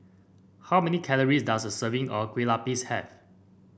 how many calories does a serving of Kue Lupis have